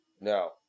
No